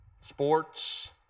sports